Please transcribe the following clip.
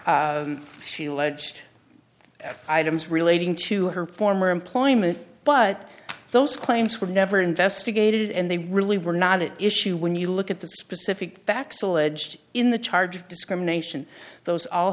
included she alleged items relating to her former employment but those claims were never investigated and they really were not it issue when you look at the specific facts alleged in the charge of discrimination those all